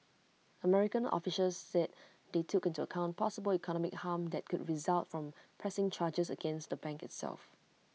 American officials said they took into account possible economic harm that could result from pressing charges against the bank itself